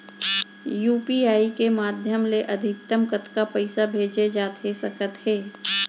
UPI के माधयम ले अधिकतम कतका पइसा भेजे जाथे सकत हे?